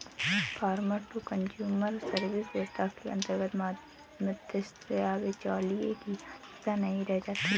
farmer to consumer service व्यवस्था के अंतर्गत मध्यस्थ या बिचौलिए की आवश्यकता नहीं रह जाती है